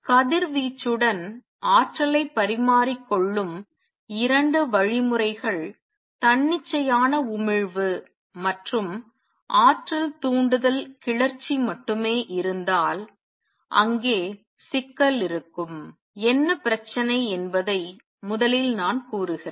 கதிர்வீச்சுடன் ஆற்றலைப் பரிமாறிக்கொள்ளும் 2 வழிமுறைகள் தன்னிச்சையான உமிழ்வு மற்றும் ஆற்றல் தூண்டுதல் கிளர்ச்சி மட்டுமே இருந்தால் அங்கே சிக்கல் இருக்கும் என்ன பிரச்சினை என்பதை முதலில் நான் கூறுகிறேன்